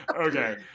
Okay